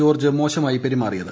George മോശമായി പൊരുമാറിയ്ത്